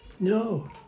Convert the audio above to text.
No